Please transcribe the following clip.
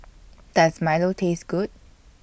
Does Milo Taste Good